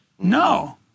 No